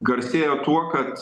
garsėjo tuo kad